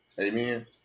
Amen